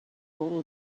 all